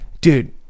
Dude